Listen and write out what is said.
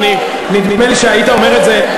נדמה לי שהיית אומר את זה,